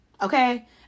okay